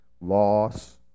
loss